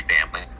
family